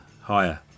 higher